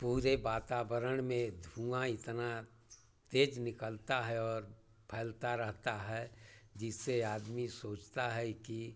पूरे वातावरण में धुआँ इतना तेज़ निकलता है और फैलता रहता है जिससे आदमी सोचता है कि